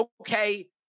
okay